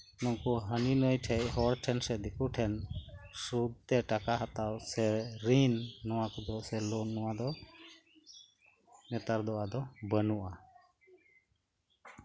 ᱩᱱᱠᱩ ᱦᱟᱹᱱᱤ ᱱᱟᱹᱭ ᱴᱷᱮᱡ ᱦᱚᱲ ᱴᱷᱮᱱ ᱥᱮ ᱫᱤᱠᱩ ᱴᱷᱮᱱ ᱥᱩᱫ ᱛᱮ ᱴᱟᱠᱟ ᱦᱟᱛᱟᱣ ᱨᱤᱱ ᱱᱚᱣᱟ ᱫᱚ ᱟᱫᱚ ᱵᱟᱹᱱᱩᱜᱼᱟ